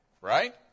right